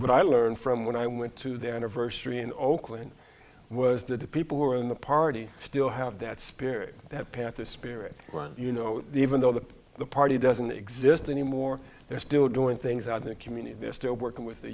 what i learned from when i went to the anniversary in oakland was that the people who are in the party still have that spirit have passed their spirit you know even though the party doesn't exist anymore they're still doing things out in the community they're still working with